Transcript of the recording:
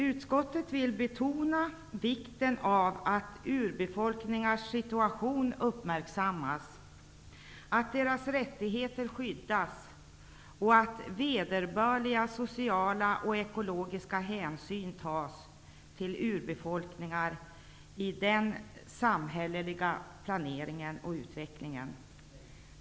Utskottet vill betona vikten av att urbefolkningars situation uppmärksammas, att deras rättigheter skyddas och att vederbörliga sociala och ekologiska hänsyn tas till urbefolkningar i den samhälleliga planeringen och utvecklingen.